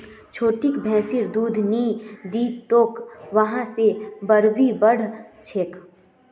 छोटिक भैंसिर दूध नी दी तोक वहा से चर्बी बढ़ छेक